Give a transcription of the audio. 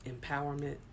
empowerment